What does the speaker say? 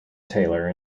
taylor